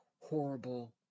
horrible